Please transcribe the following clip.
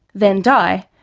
then die.